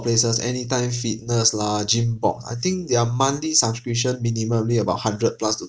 places anytime fitness lah gym board I think their monthly subscription minimum need about hundred plus to